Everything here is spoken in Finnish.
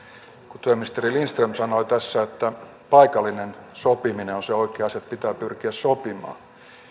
kun työministeri lindström sanoi tässä että paikallinen sopiminen on se oikea asia että pitää pyrkiä sopimaan